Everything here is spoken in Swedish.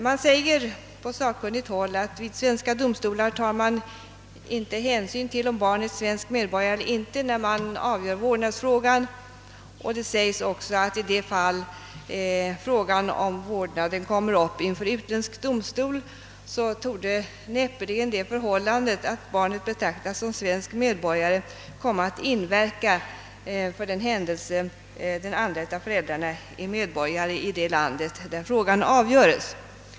Man säger på sakkunnigt håll att domstolarna inte tar hänsyn till om barnet är svensk medborgare eller inte när vårdnadsfrågan avgörs. Det sägs också att, i de fall då frågan om vårdnaden kommer upp inför utländsk domstol, det förhållandet att barnet betraktas som svensk medborgare, näppeligen har någon inverkan för den händelse den andra föräldern är medborgare i det land där frågan avgörs.